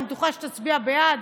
ואני בטוחה שתצביע בעד,